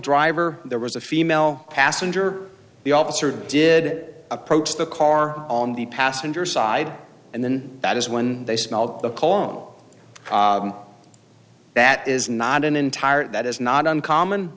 driver there was a female passenger the officer did approach the car on the passenger side and then that is when they smelled the calm that is not an entire that is not uncommon